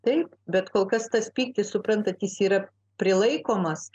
taip bet kol kas tas pyktis suprantat jis yra prilaikomas